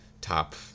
top—